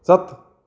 ਸੱਤ